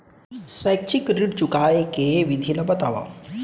शैक्षिक ऋण चुकाए के विधि ला बतावव